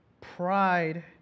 pride